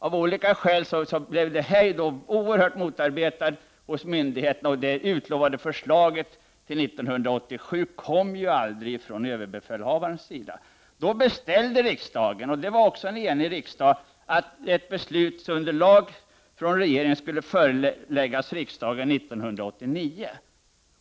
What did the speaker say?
Av olika skäl blev nedläggningarna oerhört motarbetade hos myndigheten och förslaget från överbefälhavaren som hade utlovats till 1987 kom ju aldrig. Då beställde en enig riksdag att ett beslutsunderlag utarbetat av regeringen skulle föreläggas riksdagen 1989.